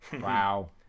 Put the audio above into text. Wow